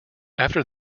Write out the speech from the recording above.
after